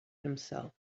himself